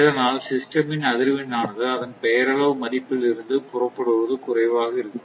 இதனால் சிஸ்டம் ன் அதிர்வெண் ஆனது அதன் பெயரளவு மதிப்பில் இருந்து புறப்படுவது குறைவாக இருக்கும்